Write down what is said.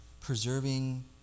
preserving